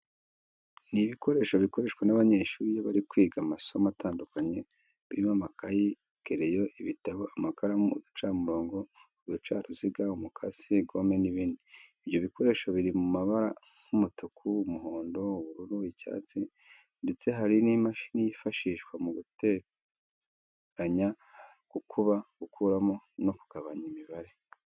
Ni ibikoresho bikoreshwa n'abanyeshuri iyo bari kwiga amasomo atandukanye, birimo amakayi, kereyo, ibitabo, amakaramu, uducamurongo, uducaruziga, umukasi, gome n'ibindi. Ibyo bikoresho biri mu mabara nk'umutuku, umuhondo, ubururu, icyatsi ndetse hari n'imashini yifashishwa mu guteranya, gukuba, gukuramo no kugabanya imibare.